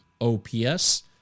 OPS